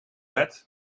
wet